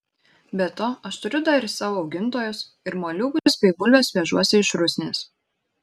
be to aš turiu dar ir savo augintojus ir moliūgus bei bulves vežuosi iš rusnės